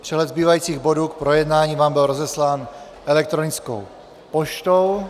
Přehled zbývajících bodů k projednání vám byl rozeslán elektronickou poštou.